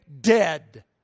dead